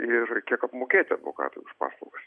ir kiek apmokėti advokatui už paslaugas